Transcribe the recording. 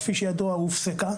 כפי שידוע, הופסקה.